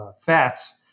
fats